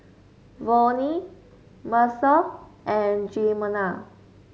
Vonnie Mercer and Jimena